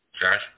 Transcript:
Josh